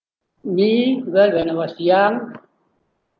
we whenever was young